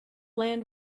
land